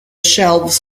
shelves